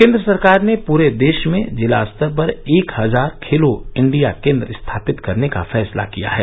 केन्द्र सरकार ने पूरे देश में जिला स्तर पर एक हजार खेलो इंडिया केन्द्र स्थापित करने का फैसला किया है